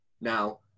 Now